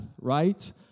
right